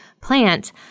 plant